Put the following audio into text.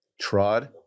trod